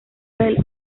del